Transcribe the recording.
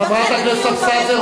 חברת הכנסת אבסדזה,